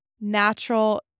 natural